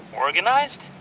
Organized